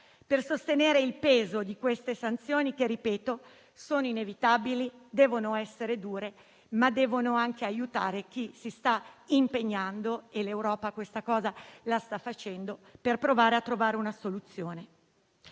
per sostenere il peso di queste sanzioni che - lo ripeto - sono inevitabili, devono essere dure, ma devono anche aiutare chi si sta impegnando - e l'Europa questo lo sta facendo - per provare a trovare una soluzione.